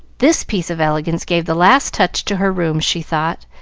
this piece of elegance gave the last touch to her room, she thought,